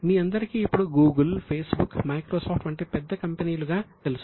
మీ అందరికీ ఇప్పుడు Google Facebook Microsoft పెద్ద కంపెనీలు గా తెలుసు